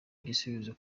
igisubizo